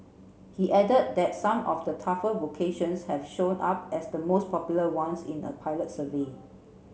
he added that some of the tougher vocations have shown up as the most popular ones in a pilot survey